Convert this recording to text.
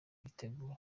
iritegura